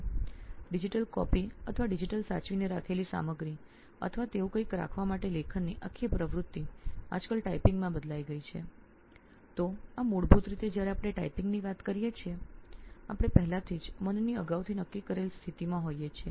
આજકાલ ડિજિટલ નકલ અથવા ડિજિટલી સાચવેલી સામગ્રી અથવા તેવું કંઈક રાખવા માટે લેખનની સંપૂર્ણ પ્રવૃત્તિ ટાઇપિંગ માં પરિવર્તિત થઈ ગઈ છે